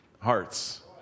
hearts